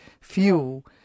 fuel